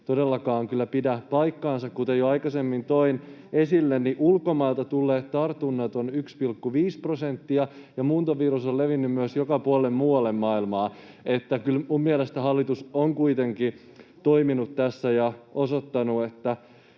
todellakaan kyllä pidä paikkaansa. Kuten jo aikaisemmin toin esille, niin ulkomailta tulleiden tartuntojen osuus on 1,5 prosenttia ja muuntovirus on levinnyt myös joka puolelle muualle maailmaa, [Mari Rantasen välihuuto] niin että kyllä minun mielestäni hallitus on kuitenkin toiminut tässä oikein ja osoittanut, että